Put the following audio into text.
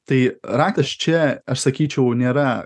tai raktas čia aš sakyčiau nėra